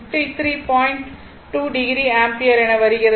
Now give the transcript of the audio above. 2o ampere என வருகிறது